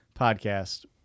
podcast